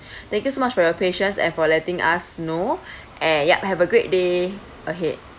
thank you so much for your patience and for letting us know and yup have a great day ahead